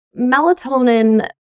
Melatonin